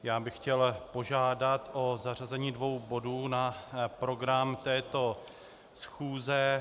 Já bych chtěl požádat o zařazení dvou bodů na program této schůze.